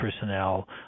personnel